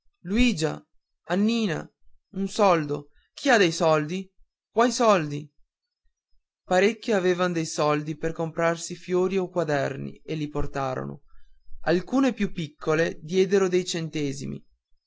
luigia annina un soldo chi ha dei soldi qua i soldi parecchie avevan dei soldi per comprarsi fiori o quaderni e li portarono alcune più piccole diedero dei centesimi